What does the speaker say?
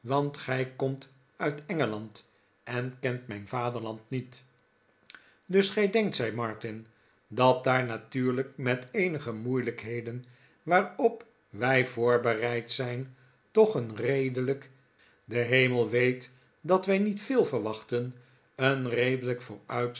gij komt uit engeland en kent mijn vaderland niet dus gij denkt zei martin dat daar natuurlijk met eenige moeilijkheden waarop wij voorbereid zijn toch een redelijk de hemel weet dat wij niet veel verwachten een redelijk